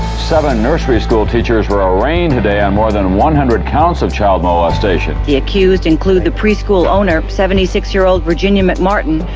seven nursery school teachers were arraigned today on more than one hundred counts of child molestation. the accused include the preschool owner, seventy six year old virginia mcmartin,